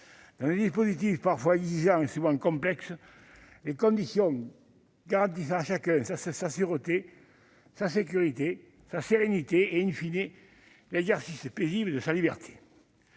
dans des dispositifs parfois exigeants et souvent complexes, les conditions garantissant à chacun sa sûreté, sa sécurité, sa sérénité et,, l'exercice paisible de sa liberté.